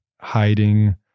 hiding